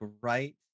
right